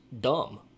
dumb